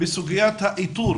בסוגיית האיתור